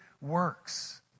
works